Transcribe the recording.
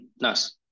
Nice